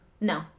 No